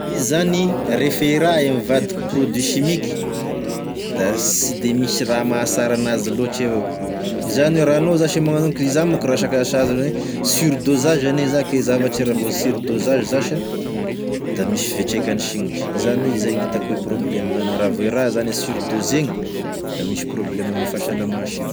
Izy zany refa e raha gne mivadiky produit chimiky da sy de misy raha mahasara anazy loatry evao izany hoe ra anao zash e magnano iza monko ra saka surdosage ane iza ke zavatry raha surdosage za sha da misy fetraikany signitry zany izay gn'itako prôbleme ravo gne raha zany e surdozegny da misy prôblemo ame fahasalamanao signitry.